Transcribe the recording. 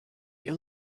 you